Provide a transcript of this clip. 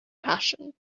passion